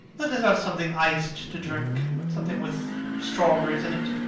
let us have something iced to drink, something with strawberries in it.